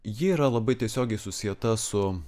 ji yra labai tiesiogiai susieta su